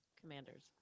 Commanders